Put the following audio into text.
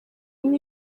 ine